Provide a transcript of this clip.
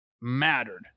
mattered